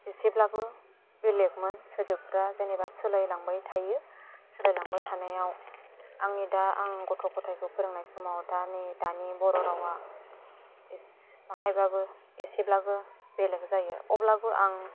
इसेब्लाबो बेलेकमोन सोदोबफ्रा जेनेबा सोलाइलांबाय थायो सोलाइलांबाय थानायाव आंनि दा आंनि गथ' गथाइखौ फोरोंनाय समाव दानि दानि बर'रावा इसे माहायबाबो इसेब्लाबो बेलेक जायो अब्लाबो आं